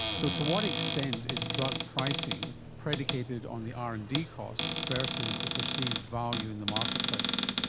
so to what extent is drug pricing predicated on the r and d costs versus the perceived value in the market place?